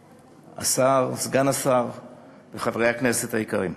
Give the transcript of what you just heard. השר, סגן השר וחברי הכנסת היקרים,